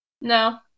No